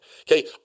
Okay